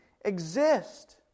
exist